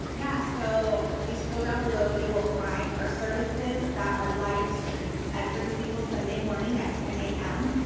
yeah so, if you scroll down below you will find our services that are live streamed every single sunday morning at ten zero a m,